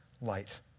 light